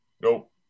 Nope